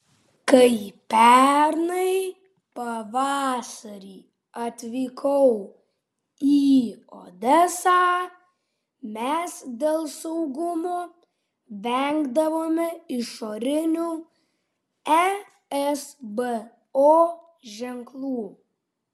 kai pernai pavasarį atvykau į odesą mes dėl saugumo vengdavome išorinių esbo ženklų